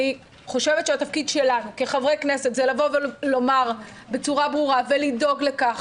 אני חושבת שתפקידנו כחברי כנסת זה לדאוג לכך